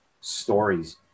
stories